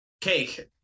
Cake